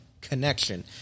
connection